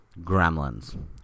Gremlins